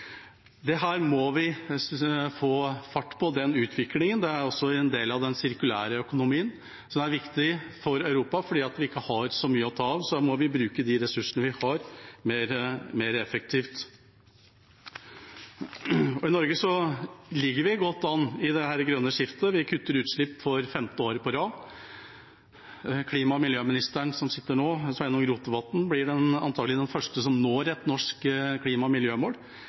må vi få fart på. Dette er også en del av den sirkulære økonomien, som er viktig for Europa. Fordi vi ikke har så mye å ta av, må vi bruke de ressursene vi har, mer effektivt. I Norge ligger vi godt an i det grønne skiftet. Vi kutter utslipp for femte år på rad. Klima- og miljøministeren som sitter her nå, Sveinung Rotevatn, blir antakelig den første som når et norsk klima- og miljømål,